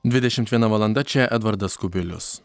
dvidešimt viena valanda čia edvardas kubilius